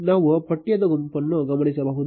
ನೀವು ಪಠ್ಯದ ಗುಂಪನ್ನು ಗಮನಿಸಬಹುದು